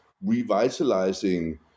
revitalizing